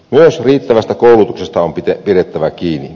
myös riittävästä koulutuksesta on pidettävä kiinni